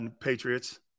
Patriots